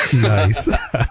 Nice